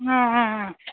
ఆ ఆ